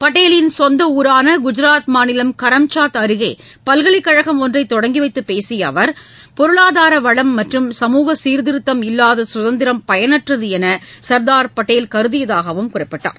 பட்டேலின் சொந்த ஊரான குஜராத் மாநிலம் கரம்சாத் அருகே பல்கலைக்கழகம் ஒன்றை தொடங்கி வைத்துப் பேசிய அவர் பொருளாதார வளம் மற்றும் சமூக சீர்திருத்தம் இல்லாத சுதந்திரம் பயனற்றது என சர்தார் பட்டேல் கருதியதாகவும் குறிப்பிட்டார்